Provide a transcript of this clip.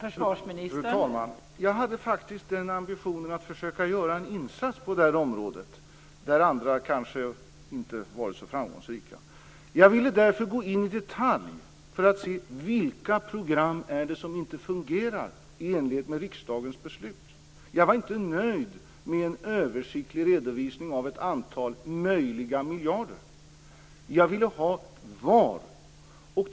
Fru talman! Jag hade faktiskt den ambitionen att försöka att göra en insats på det här området där andra kanske inte varit så framgångsrika. Jag ville därför gå in i detalj för att se vilka program som inte fungerar i enlighet med riksdagens beslut. Jag var inte nöjd med en översiktlig redovisning av ett antal möjliga miljarder. Jag ville ha svar på frågan: Var?